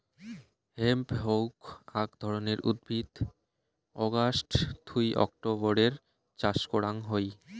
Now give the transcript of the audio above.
hemp হউক আক ধরণের উদ্ভিদ অগাস্ট থুই অক্টোবরের চাষ করাং হই